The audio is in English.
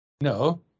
No